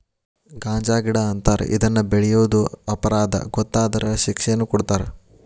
ಗಾಂಜಾಗಿಡಾ ಅಂತಾರ ಇದನ್ನ ಬೆಳಿಯುದು ಅಪರಾಧಾ ಗೊತ್ತಾದ್ರ ಶಿಕ್ಷೆನು ಕೊಡತಾರ